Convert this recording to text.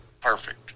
perfect